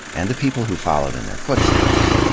and the people who followed in their footsteps,